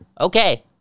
okay